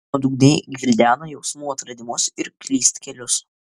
nuodugniai gvildena jausmų atradimus ir klystkelius